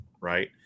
right